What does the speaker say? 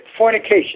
fornication